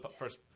first